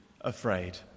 afraid